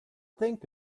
think